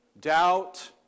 doubt